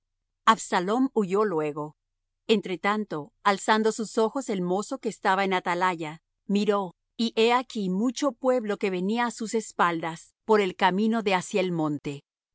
absalom huyó luego entre tanto alzando sus ojos el mozo que estaba en atalaya miró y he aquí mucho pueblo que venía á sus espaldas por el camino de hacia el monte